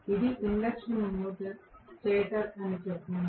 ఇది induction motor stator అని చెప్పండి